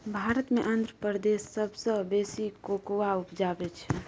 भारत मे आंध्र प्रदेश सबसँ बेसी कोकोआ उपजाबै छै